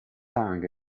tang